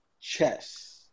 chess